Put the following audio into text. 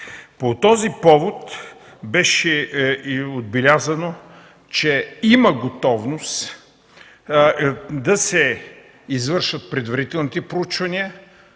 По този повод беше и отбелязано, че има готовност да се извършат предварителните проучвания,